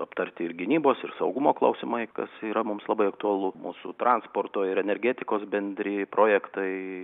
aptarti ir gynybos ir saugumo klausimai kas yra mums labai aktualu mūsų transporto ir energetikos bendri projektai